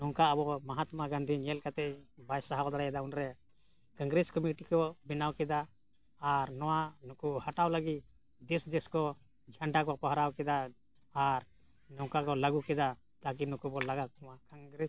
ᱱᱚᱝᱠᱟ ᱟᱵᱚ ᱢᱚᱦᱟᱛᱢᱟ ᱜᱟᱹᱱᱫᱷᱤ ᱧᱮᱞ ᱠᱟᱛᱮᱫ ᱵᱟᱭ ᱥᱟᱦᱟᱣ ᱫᱟᱲᱮᱭᱟᱫᱟ ᱩᱱᱨᱮ ᱠᱚᱝᱜᱨᱮᱥ ᱠᱚᱢᱤᱴᱤ ᱠᱚ ᱵᱮᱱᱟᱣ ᱠᱮᱫᱟ ᱟᱨ ᱱᱚᱣᱟ ᱱᱩᱠᱩ ᱦᱟᱴᱟᱣ ᱞᱟᱹᱜᱤᱫ ᱫᱮᱥ ᱫᱮᱥ ᱠᱚ ᱡᱷᱟᱰᱟ ᱠᱚ ᱯᱟᱦᱚᱨᱟᱣ ᱠᱮᱫᱟ ᱟᱨ ᱱᱚᱝᱠᱟ ᱠᱚ ᱞᱟᱹᱜᱩ ᱠᱮᱫᱟ ᱛᱟᱹᱠᱤ ᱱᱩᱠᱩ ᱵᱚᱱ ᱞᱟᱜᱟ ᱠᱚᱣᱟ ᱠᱚᱝᱜᱨᱮᱥ